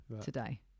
today